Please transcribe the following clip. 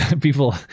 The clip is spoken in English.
People